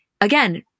again